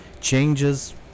changes